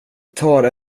tar